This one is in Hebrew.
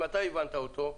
אם אתה הבנת אותו,